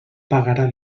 pagarà